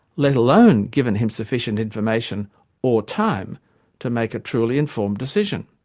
let alone given him sufficient information or time to make a truly informed decision?